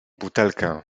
butelkę